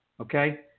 okay